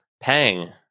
pang